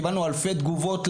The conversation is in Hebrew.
קיבלנו אלפי תגובות,